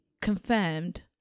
confirmed